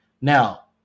Now